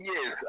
Yes